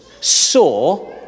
saw